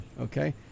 Okay